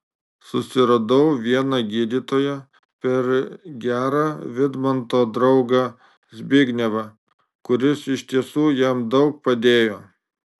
susiradau vieną gydytoją per gerą vidmanto draugą zbignevą kuris iš tiesų jam daug padėjo